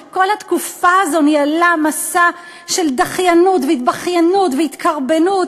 שכל התקופה הזאת ניהלה מסע של דחיינות והתבכיינות והתקרבנות,